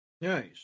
Nice